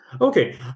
Okay